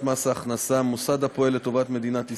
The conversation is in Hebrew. מס הכנסה (מוסד הפועל לטובת מדינת ישראל),